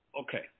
Okay